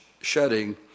shedding